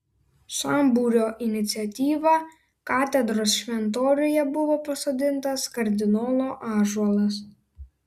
sambūrio iniciatyva katedros šventoriuje buvo pasodintas kardinolo ąžuolas